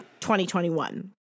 2021